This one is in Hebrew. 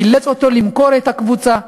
אילץ אותו למכור את הקבוצה,